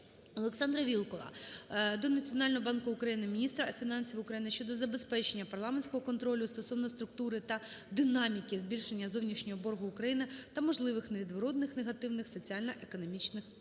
ОлександраВілкула до Національного банку України, міністра фінансів України щодо забезпечення парламентського контролю стосовно структури та динаміки збільшення зовнішнього боргу України та можливих невідворотних негативних соціально-економічних процесів.